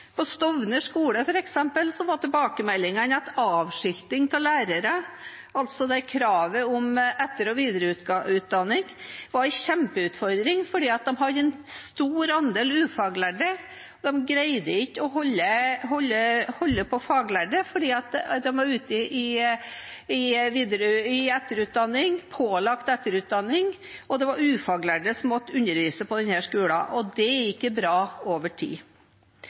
På f.eks. Stovner skole var tilbakemeldingene at avskilting av lærere, altså kravet om etter- og videreutdanning, var en kjempeutfordring fordi de har en stor andel ufaglærte. De greide ikke å holde på faglærerne fordi de var ute i etterutdanning – pålagt etterutdanning – og det var ufaglærte som måtte undervise på skolen. Det er ikke bra over tid.